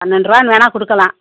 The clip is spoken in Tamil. பன்னெண்டுரூபான்னு வேணுனா கொடுக்கலாம்